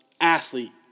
athlete